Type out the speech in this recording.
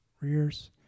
rears